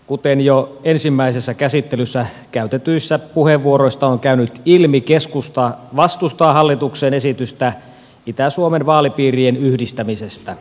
kuten jo ensimmäisessä käsittelyssä käytetyistä puheenvuoroista on käynyt ilmi keskusta vastustaa hallituksen esitystä itä suomen vaalipiirien yhdistämisestä